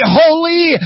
holy